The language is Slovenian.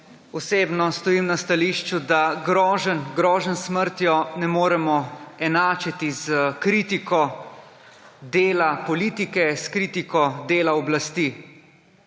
Osebno stojim na stališču, da groženj, groženj s smrtjo ne moremo enačiti s kritiko dela politike, s kritiko dela oblasti.